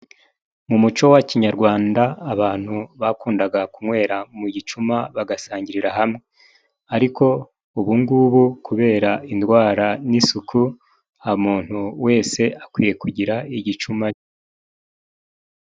Mu muco wa kinyarwanda abantu bakundaga kunywera mu gicuma, bagasangirira hamwe, ariko ubungubu kubera indwara n'isuku umuntu wese akwiye kugira igicuma.